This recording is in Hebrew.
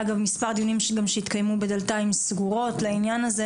אגב מספר הדיונים שהתקיימו גם בדלתיים סגורות לעניין הזה,